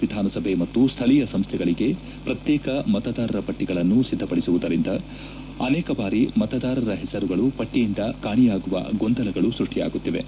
ವಿಧಾನಸಭೆ ಮತ್ತು ಸ್ಥಳೀಯ ಸಂಸ್ಥೆಗಳಿಗೆ ಪ್ರತ್ಯೇಕ ಮತದಾರರ ಪಟ್ಟಗಳನ್ನು ಸಿದ್ದಪಡಿಸುವುದರಿಂದ ಅನೇಕ ಬಾರಿ ಮತದಾರರ ಹೆಸರುಗಳು ಪಟ್ಟಿಯಿಂದ ಕಾಣೆಯಾಗುವ ಗೊಂದಲಗಳು ಸೃಷ್ಷಿಯಾಗುತ್ತಿವೆ